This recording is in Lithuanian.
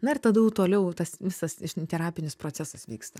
na ir tada jau toliau tas visas terapinis procesas vyksta